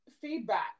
feedback